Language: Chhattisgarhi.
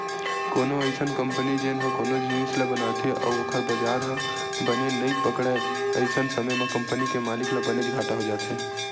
कोनो अइसन कंपनी जेन ह कोनो जिनिस ल बनाथे अउ ओखर बजार ह बने नइ पकड़य अइसन समे म कंपनी के मालिक ल बनेच घाटा हो जाथे